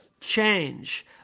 change